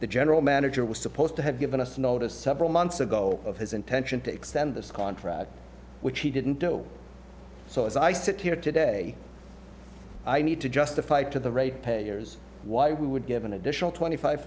the general manager was supposed to have given us noticed several months ago of his intention to extend this contract which he didn't do so as i sit here today i need to justify to the rate payers why we would give an additional twenty five